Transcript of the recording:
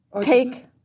take